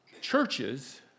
churches